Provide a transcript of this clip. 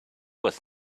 was